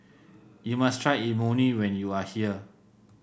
you must try Imoni when you are here